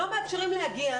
לא מאפשרים להגיע.